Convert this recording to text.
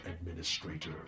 administrator